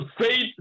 faith